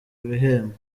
ibihembo